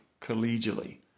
collegially